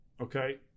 Okay